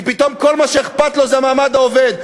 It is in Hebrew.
כי פתאום כל מה שאכפת לו זה המעמד העובד.